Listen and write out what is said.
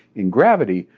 in gravity,